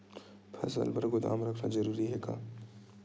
फसल बर गोदाम रखना जरूरी हे का?